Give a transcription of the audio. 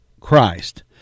Christ